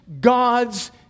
God's